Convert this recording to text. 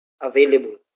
available